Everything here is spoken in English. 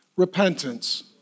repentance